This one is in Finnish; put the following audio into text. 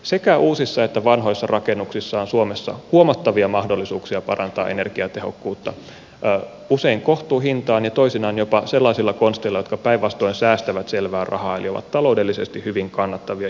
sekä uusissa että vanhoissa rakennuksissa on suomessa huomattavia mahdollisuuksia parantaa energiatehokkuutta usein kohtuuhintaan ja toisinaan jopa sellaisilla konsteilla jotka päinvastoin säästävät selvää rahaa eli ovat taloudellisesti hyvin kannattavia investointeja